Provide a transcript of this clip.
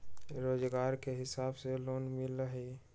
रोजगार के हिसाब से लोन मिलहई?